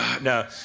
No